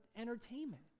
entertainment